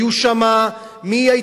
היו שם מהייטקיסטים,